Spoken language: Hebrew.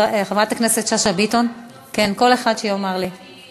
חברת הכנסת שאשא ביטון, כל אחד שיאמר לי, אני